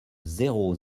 zéro